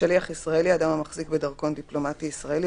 "שליח ישראלי" אדם המחזיק בדרכון דיפלומטי ישראלי,